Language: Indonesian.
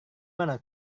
mana